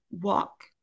walk